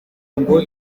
ngo